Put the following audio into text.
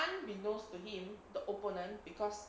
unbeknownst to him the opponent because